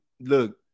look